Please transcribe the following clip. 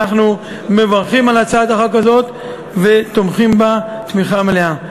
אנחנו מברכים על הצעת החוק הזאת ותומכים בה תמיכה מלאה.